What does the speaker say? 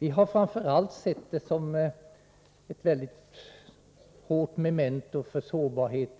Vi har framför allt sett det som ett mycket allvarligt memento när det gäller elförsörjningens sårbarhet